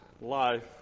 life